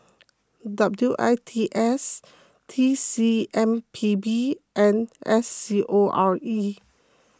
W I T S T C M P B and S C O R E